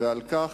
ועל כך,